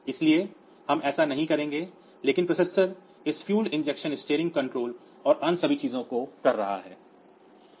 इसलिए हम ऐसा नहीं करेंगे लेकिन प्रोसेसर इस फ्यूल इंजेक्शन स्टीयरिंग कंट्रोल और अन्य सभी चीजों को कर रहा है